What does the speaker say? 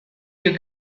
you